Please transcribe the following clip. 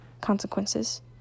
consequences